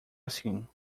assim